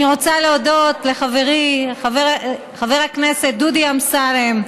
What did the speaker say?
אני רוצה להודות לחברי חבר הכנסת דודי אמסלם,